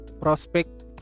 prospect